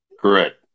Correct